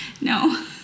No